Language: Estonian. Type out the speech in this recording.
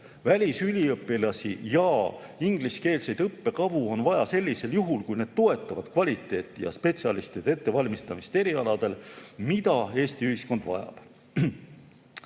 Välisüliõpilasi ja ingliskeelseid õppekavu on vaja sellisel juhul, kui need toetavad kvaliteeti ja spetsialistide ettevalmistamist erialadel, mida Eesti ühiskond vajab.